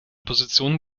position